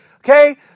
okay